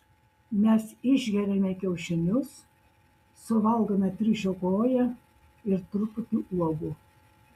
mes išgeriame kiaušinius suvalgome triušio koją ir truputį uogų